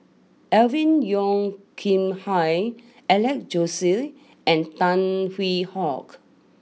Alvin Yeo Khirn Hai Alex Josey and Tan Hwee Hock